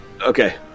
okay